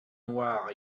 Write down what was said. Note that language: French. noire